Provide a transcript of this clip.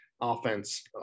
offense